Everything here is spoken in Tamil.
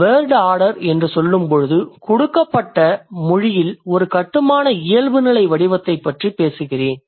வேர்டு ஆர்டர் என்று சொல்லும்போது கொடுக்கப்பட்ட மொழியில் ஒரு கட்டுமான இயல்புநிலை வடிவத்தைப் பற்றி பேசுகிறேன்